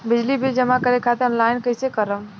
बिजली बिल जमा करे खातिर आनलाइन कइसे करम?